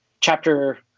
chapter